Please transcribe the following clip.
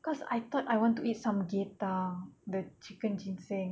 cause I thought I want to eat some samgyetang the chicken ginseng